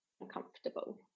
uncomfortable